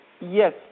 Yes